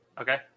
Okay